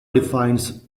defines